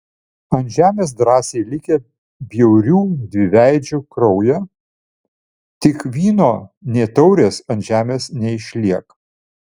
ant žemės drąsiai likę bjaurių dviveidžių kraują tik vyno nė taurės ant žemės neišliek